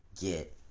get